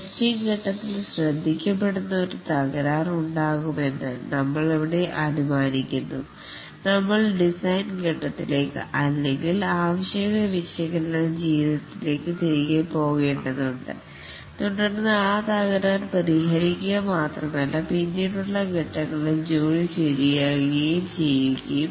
testing phase ൽ ശ്രദ്ധിക്കപ്പെടുന്ന ഒരു തകരാർ ഉണ്ടാകുമെന്ന് നമ്മളിവിടെ അനുമാനിക്കുന്നു നമ്മൾ ഡിസൈൻ ഫേസ് അല്ലെങ്കിൽ റുക്വിർമെൻറ് അനാലിസിസ് ഫേസിൽ തിരികെ പോകേണ്ടതുണ്ട് തുടർന്ന് ആ തകരാർ പരിഹരിക്കുക മാത്രമല്ല പിന്നീടുള്ള ഫേസ് ങ്ങളിൽ ജോലി ശരിയാക്കുകയും ചെയ്യും